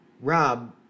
Rob